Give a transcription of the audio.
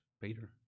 Peter